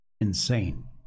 Insane